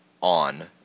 on